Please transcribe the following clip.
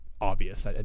obvious